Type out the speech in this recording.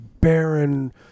barren